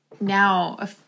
now